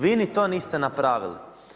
Vi ni to niste napravili.